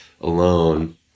alone